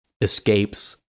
escapes